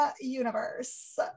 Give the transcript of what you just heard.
universe